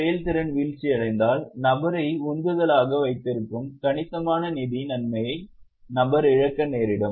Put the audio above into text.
செயல்திறன் வீழ்ச்சியடைந்தால் நபரை உந்துதலாக வைத்திருக்கும் கணிசமான நிதி நன்மையை நபர் இழக்க நேரிடும்